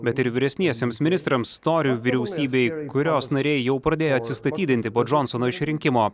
bet ir vyresniesiems ministrams torių vyriausybei kurios nariai jau pradėjo atsistatydinti po džonsono išrinkimo